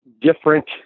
different